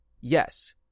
yes